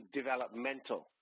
developmental